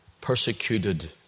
persecuted